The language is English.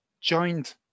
joined